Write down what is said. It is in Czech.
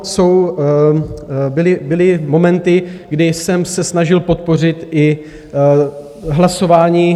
Jsou, byly momenty, kdy jsem se snažil podpořit i hlasování.